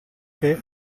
che